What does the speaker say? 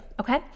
Okay